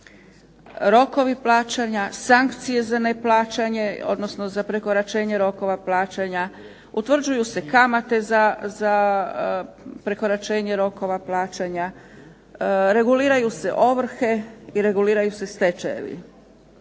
rokovi plaćanja, sankcije za neplaćanje odnosno za prekoračenje rokova plaćanja, utvrđuju se kamate za prekoračenje rokova plaćanja, reguliraju se ovrhe i reguliraju se stečajevi.